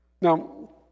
Now